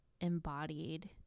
embodied